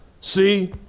see